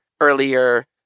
earlier